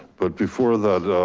but before that,